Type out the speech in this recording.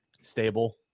Stable